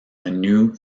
anew